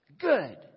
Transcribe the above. Good